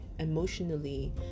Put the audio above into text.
emotionally